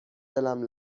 دلم